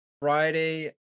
Friday